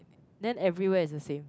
then everywhere is the same